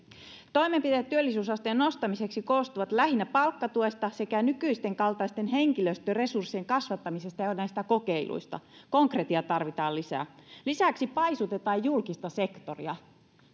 toimenpiteet työllisyysasteen nostamiseksi koostuvat lähinnä palkkatuesta sekä nykyisten kaltaisten henkilöstöresurssien kasvattamisesta ja ja näistä kokeiluista konkretiaa tarvitaan lisää lisäksi paisutetaan julkista sektoria